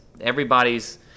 everybody's –